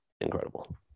incredible